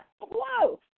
Whoa